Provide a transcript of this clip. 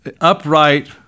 upright